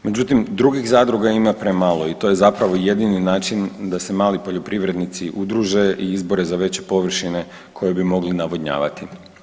Međutim, drugih zadruga ima premalo i to je zapravo jedini način da se mali poljoprivrednici udruže i izbore za veće površine koje bi mogli navodnjavati.